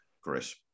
Chris